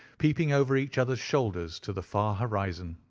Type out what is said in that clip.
peeping over each other's shoulders to the far horizon.